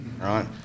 right